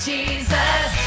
Jesus